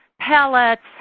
pellets